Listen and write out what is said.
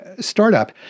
startup